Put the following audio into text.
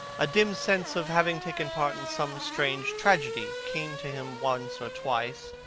a dim sense of having taken part in some strange tragedy came to him once or twice,